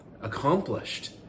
accomplished